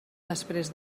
després